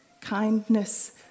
kindness